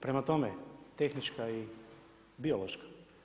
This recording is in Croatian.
Prema tome, tehnička i biološka.